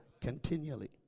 continually